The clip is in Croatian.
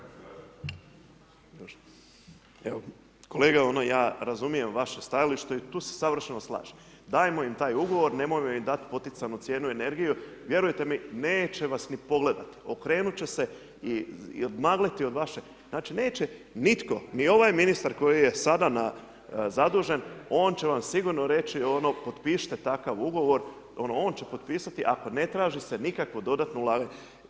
Evo kolega, ja razumijem vaše stajalište i tu se savršeno slažemo, dajemo im taj ugovor, ne moramo im dati poticajnu cijenu energije, vjerujte mi, neće vas niti pogledati, okrenut će se i odmagliti od vas, znači neće nitko ni ovaj ministar koji je sada zadužen, on će vam sigurno reći ono potpišite takav ugovor, ono on će potpisati ako ne traži se nikakvo dodatno ulaganje.